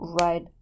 right